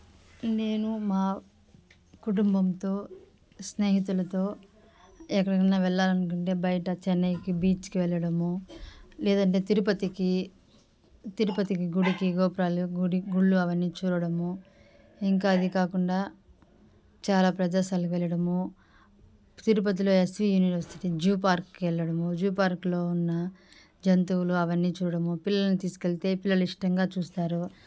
నేను మా కుటుంబంతో స్నేహితులతో ఎక్కడికైనా వెళ్ళాలి అనుకుంటే బయట చెన్నైకి బీచ్కి వెళ్ళడము లేదంటే తిరుపతికి తిరుపతికి గుడికి గోపురాలు గుడి గుళ్ళు అవన్నీ చూడడము ఇంకా అది కాకుండా చాలా ప్రదేశాలు వెళ్ళడము తిరుపతిలో ఎస్వీ యూనివర్సిటీ జూ పార్క్కి వెళ్ళడము జూ పార్క్లో ఉన్న జంతువులు అవన్నీ చూడడము పిల్లలని తీసుకెళితే పిల్లలు ఇష్టంగా చూస్తారు